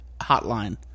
hotline